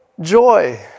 joy